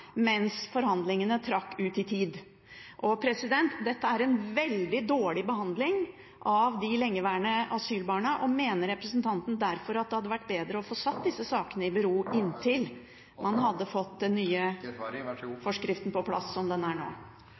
mens forhandlingene trakk ut i tid. Dette er en veldig dårlig behandling av de lengeværende asylbarna. Mener representanten derfor at det hadde vært bedre å få stilt disse sakene i bero inntil man hadde fått den nye forskriften på plass, slik den er nå?